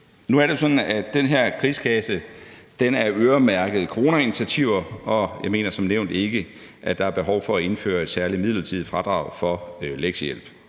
Nu er det jo sådan, at den her krigskasse er øremærket coronainitiativer, og jeg mener som nævnt ikke, at der er behov for at indføre et særligt midlertidigt fradrag for lektiehjælp.